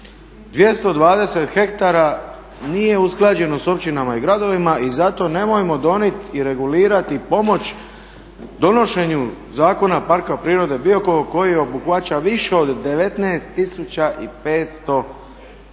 220 hektara nije usklađeno s općinama i gradovima i zato nemojmo donijeti i regulirati i pomoći donošenju Zakona o parku prirode Biokovo koji obuhvaća više od 19 500 hektara.